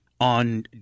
on